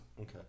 okay